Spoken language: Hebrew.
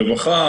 רווחה,